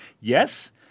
Yes